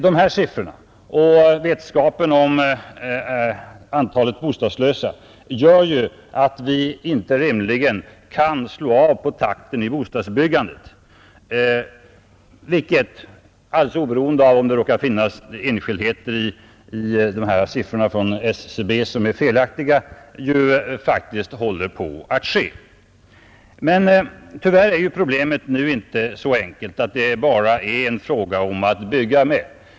Dessa siffror och vetskapen om antalet bostadslösa gör ju att vi inte rimligen kan slå av på takten i bostadsbyggandet, vilket alldeles oberoende av om det råkar finnas enskildheter i dessa siffror från SCB som är felaktiga, faktiskt håller på att ske. Men tyvärr är problemet nu inte så enkelt att det bara är en fråga om att bygga mer.